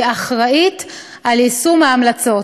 כאחראית ליישום ההמלצות.